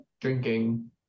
drinking